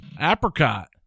Apricot